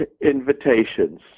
invitations